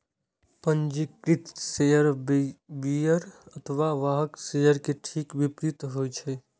पंजीकृत share bearer अथवा वाहक शेयर के ठीक विपरीत होइ छै